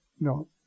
No